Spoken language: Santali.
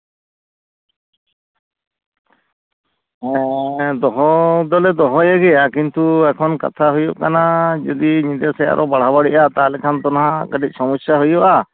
ᱚᱸᱻ ᱦᱮᱸ ᱫᱚᱦᱚ ᱫᱚᱞᱮ ᱫᱚᱦᱚᱭᱮᱜᱮᱭᱟ ᱠᱤᱱᱛᱩ ᱮᱠᱷᱚᱱ ᱠᱟᱛᱷᱟ ᱦᱩᱭᱩᱜ ᱠᱟᱱᱟ ᱡᱩᱫᱤ ᱧᱤᱫᱟᱹ ᱥᱮᱡ ᱟᱨᱚ ᱵᱟᱲᱟᱵᱟᱲᱤᱜᱼᱟ ᱛᱟᱦᱚᱞᱮᱠᱷᱟᱱ ᱛᱚ ᱱᱟᱜ ᱠᱟᱹᱴᱤᱡ ᱥᱚᱢᱚᱥᱥᱟ ᱦᱩᱭᱩᱜᱼᱟ